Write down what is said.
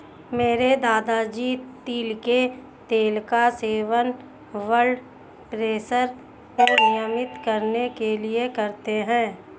मेरे दादाजी तिल के तेल का सेवन ब्लड प्रेशर को नियंत्रित करने के लिए करते हैं